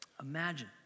Imagine